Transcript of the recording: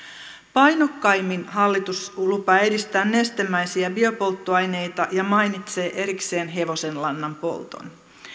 painokkaimmin hallitus lupaa edistää nestemäisiä biopolttoaineita ja mainitsee erikseen hevosenlannan polton